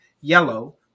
yellow